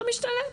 לא משתלם.